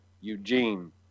Eugene